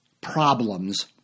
problems